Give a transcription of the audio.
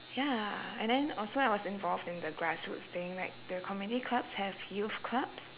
ya and then also I was involved in the grassroots thing like the community clubs have youth clubs